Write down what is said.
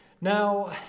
Now